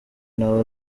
nawe